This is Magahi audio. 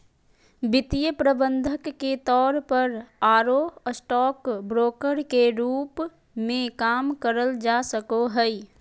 वित्तीय प्रबंधक के तौर पर आरो स्टॉक ब्रोकर के रूप मे काम करल जा सको हई